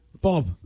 bob